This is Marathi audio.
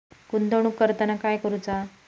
गुंतवणूक करताना काय करुचा?